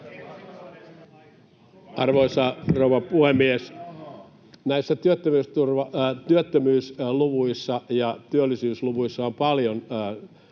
Arvoisa rouva puhemies! Näissä työttömyysluvuissa ja työllisyysluvuissa on paljon